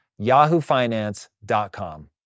yahoofinance.com